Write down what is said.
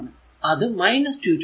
അത് 220